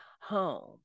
home